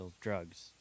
drugs